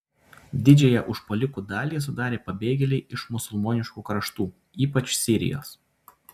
didžiąją užpuolikų dalį sudarė pabėgėliai iš musulmoniškų kraštų ypač sirijos